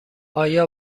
آیا